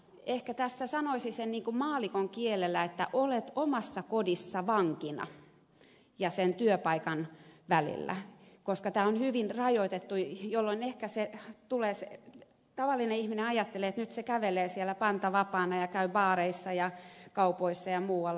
ehkä tässä sanoisi sen maallikon kielellä niin että olet vankina omassa kodissasi ja sen työpaikan välillä koska tämä on hyvin rajoitettua mutta tavallinen ihminen ajattelee että nyt se kävelee siellä ilman pantaa vapaana ja käy baareissa ja kaupoissa ja muualla